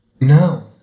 No